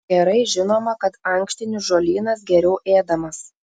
gerai žinoma kad ankštinių žolynas geriau ėdamas